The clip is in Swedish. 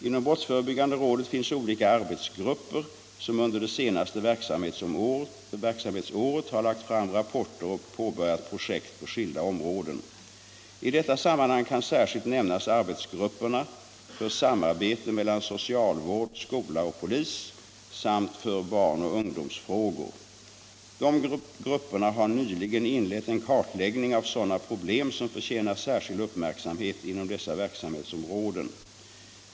Inom brottsförebyggande rådet finns olika arbetsgrupper som under det senaste verksamhetsåret har lagt fram rapporter och påbörjat projekt på skilda områden. I detta sammanhang kan särskilt nämnas arbetsgrupperna för samarbete mellan socialvård, skola och polis samt för barnoch ungdomsfrågor. De grupperna har nyligen inlett en kartläggning av sådana problem som förtjänar särskild uppmärksamhet inom dessa verksamhetsområden.